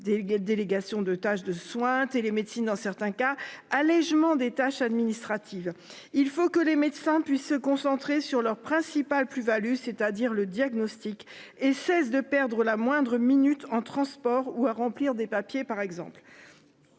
délégations de tâches de soins télémédecine dans certains cas allégement des tâches administratives. Il faut que les médecins puissent se concentrer sur leur principale Value, c'est-à-dire le diagnostic et cesse de perdre la moindre minute en transport ou à remplir des papiers par exemple.